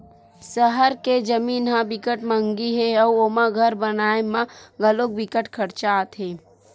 सहर के जमीन ह बिकट मंहगी हे अउ ओमा घर बनाए म घलो बिकट खरचा आथे